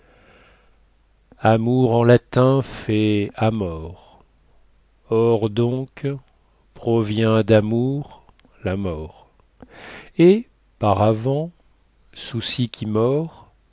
amour en latin faict amor or donc provient damour la mort et par avant soulcy qui mord